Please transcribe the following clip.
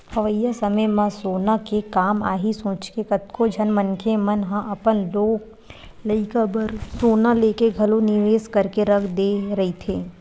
अवइया समे म सोना के काम आही सोचके कतको झन मनखे मन ह अपन लोग लइका बर सोना लेके घलो निवेस करके रख दे रहिथे